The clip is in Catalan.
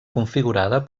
configurada